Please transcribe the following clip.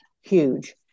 huge